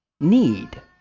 need